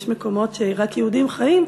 יש מקומות שרק יהודים חיים בהם,